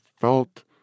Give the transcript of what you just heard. felt